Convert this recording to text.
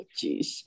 Jeez